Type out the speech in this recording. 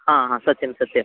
हा हा सत्यं सत्यम्